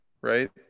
right